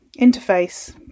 interface